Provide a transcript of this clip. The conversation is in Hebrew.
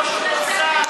ראש מוסד,